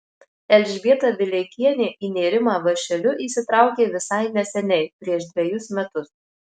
elžbieta vileikienė į nėrimą vąšeliu įsitraukė visai neseniai prieš dvejus metus